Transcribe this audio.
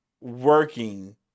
working